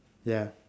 ya